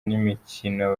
n’imikino